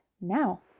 now